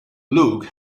luke